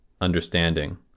understanding